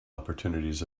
opportunities